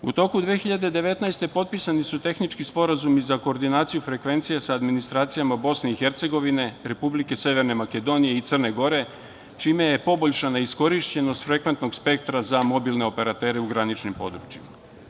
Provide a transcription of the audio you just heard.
U toku 2019. godine potpisani su tehnički Sporazumi za koordinaciju frekvencije sa administracijom BiH, Republike Severne Makedonije i Crne Gore čime je poboljšana iskorišćenost frekventnog spektra za mobilne operatere u graničnim područjima.